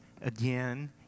again